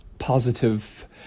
positive